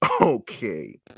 okay